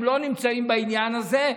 הם לא נמצאים בעניין הזה,